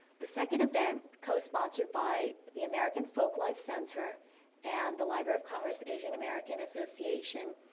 the second event co-sponsored by the american folklife center and the library of congress asian-american association